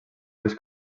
més